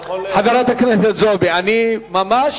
באמת חבל, אתה יכול, חברת הכנסת זועבי, אני ממש,